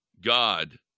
God